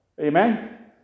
Amen